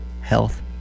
health